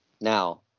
now